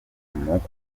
kumukunda